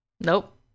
Nope